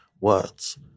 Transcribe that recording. words